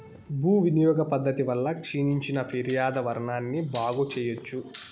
భూ వినియోగ పద్ధతి వల్ల క్షీణించిన పర్యావరణాన్ని బాగు చెయ్యచ్చు